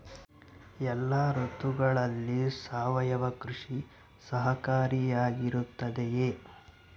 ಎಲ್ಲ ಋತುಗಳಲ್ಲಿ ಸಾವಯವ ಕೃಷಿ ಸಹಕಾರಿಯಾಗಿರುತ್ತದೆಯೇ?